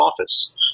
office